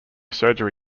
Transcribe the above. surgery